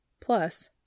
Plus